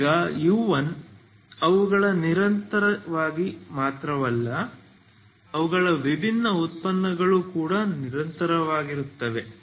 ಈಗ u1 ಅವುಗಳು ನಿರಂತರವಾಗಿವೆ ಮಾತ್ರವಲ್ಲ ಅವುಗಳು ವಿಭಿನ್ನವಾದ ಉತ್ಪನ್ನಗಳು ಕೂಡ ನಿರಂತರವಾಗಿರುತ್ತವೆ